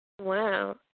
Wow